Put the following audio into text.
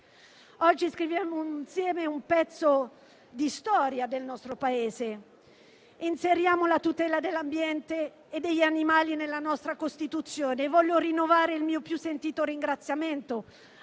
Oggi scriviamo insieme un pezzo di storia del nostro Paese: inseriamo la tutela dell'ambiente e degli animali nella nostra Costituzione. E voglio rinnovare il mio più sentito ringraziamento